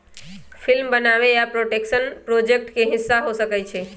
film बनाबे आ production project के हिस्सा हो सकइ छइ